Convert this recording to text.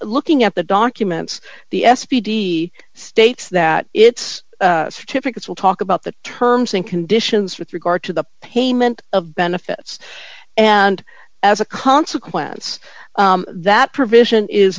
looking at the documents the s p d states that its certificates will talk about the terms and conditions with regard to the payment of benefits and as a consequence that provision is